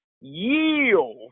yield